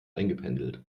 eingependelt